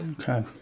okay